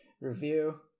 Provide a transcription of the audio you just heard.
review